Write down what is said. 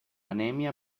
anemia